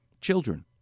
children